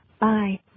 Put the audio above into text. bye